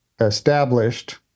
established